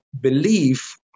belief